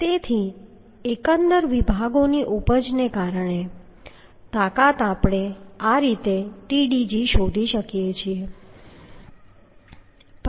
તેથી એકંદર વિભાગોની ઉપજને કારણે તાકાત આપણે આ રીતે Tdg શોધી શકીએ છીએ